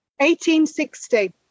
1860